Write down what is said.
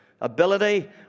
Ability